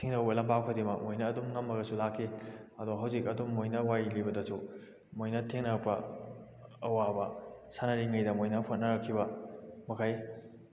ꯊꯦꯡꯅꯔꯨꯕ ꯂꯝꯕꯥ ꯈꯨꯗꯤꯡꯃꯛ ꯃꯣꯏꯅ ꯑꯗꯨꯝ ꯉꯝꯂꯒꯁꯨ ꯂꯥꯛꯈꯤ ꯑꯗꯣ ꯍꯧꯖꯤꯛ ꯑꯗꯨꯝ ꯃꯣꯏꯅ ꯋꯥꯔꯤ ꯂꯤꯕꯗꯁꯨ ꯃꯣꯏꯅ ꯊꯦꯡꯅꯔꯛꯄ ꯑꯋꯥꯕ ꯁꯥꯟꯅꯔꯤꯉꯩꯗ ꯃꯣꯏꯅ ꯍꯣꯠꯅꯔꯛꯈꯤꯕ ꯃꯈꯩ